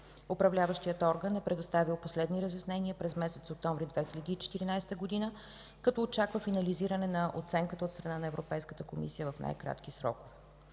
Управляващият орган е предоставил последни разяснения през месец октомври 2014 г., като очаква финализиране на оценката от страна на Европейската комисия в най-кратки срокове.